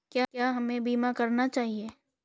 क्या हमें बीमा करना चाहिए?